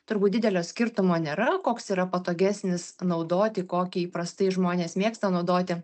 turbūt didelio skirtumo nėra koks yra patogesnis naudoti kokį įprastai žmonės mėgsta naudoti